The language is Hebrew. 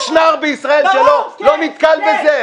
יש נוער בישראל שלא נתקל בזה?